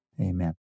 amen